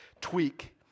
tweak